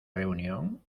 reunión